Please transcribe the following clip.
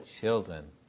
children